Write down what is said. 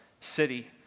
city